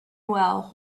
well